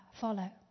follow